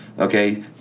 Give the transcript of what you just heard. Okay